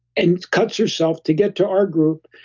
and cuts herself to get to our group.